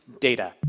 data